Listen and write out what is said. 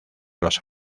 los